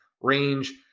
range